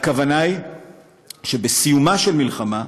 הכוונה היא שבסיומה של מלחמה,